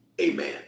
amen